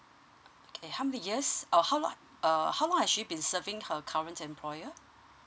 okay how many years or how long err how long has she been serving her current employer